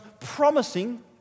promising